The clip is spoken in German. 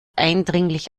eindringlich